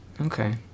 Okay